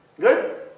Good